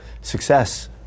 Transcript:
success